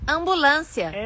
Ambulância